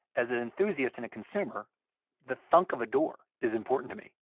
as an enthusiast and a consumer the thunk of a door is important to me.